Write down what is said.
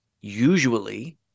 usually